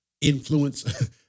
influence